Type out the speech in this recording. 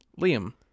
Liam